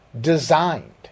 designed